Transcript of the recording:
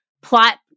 plot